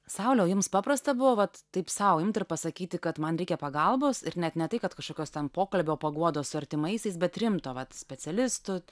saule jums paprasta buvo vat taip sau imt ir pasakyti kad man reikia pagalbos ir net ne tai kad kažkokios ten pokalbio paguodos su artimaisiais bet rimto vat specialistų